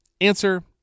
Answer